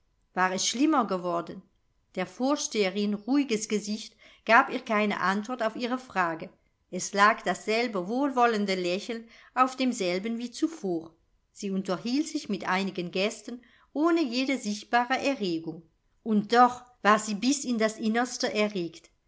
war es schlimmer geworden der vorsteherin ruhiges gesicht gab ihr keine antwort auf ihre frage es lag dasselbe wohlwollende lächeln auf demselben wie zuvor sie unterhielt sich mit einigen gästen ohne jede sichtbare erregung und doch war sie bis in das innerste erregt